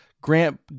Grant